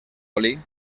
oli